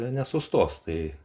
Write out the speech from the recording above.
nesustos tai